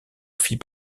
fit